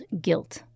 guilt